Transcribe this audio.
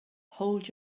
hold